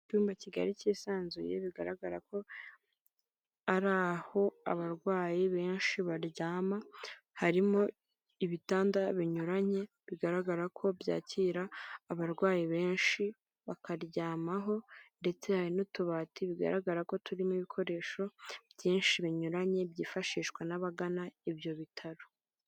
Icyumba kigari kisanzuye bigaragara ko ari aho abarwayi benshi baryama harimo ibitanda binyuranye bigaragara ko byakira abarwayi benshi bakaryamaho ndetse hari n'utubati bigaragara ko turimo ibikoresho byinshi binyuranye byifashishwa n'abagana ibyo bitaro.